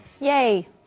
Yay